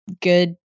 good